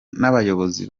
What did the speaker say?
n’abayobozi